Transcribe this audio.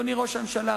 אדוני ראש הממשלה,